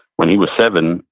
when he was seven,